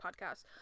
podcast